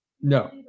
No